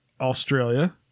Australia